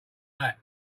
that